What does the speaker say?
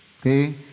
Okay